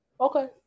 Okay